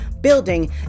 building